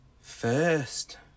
first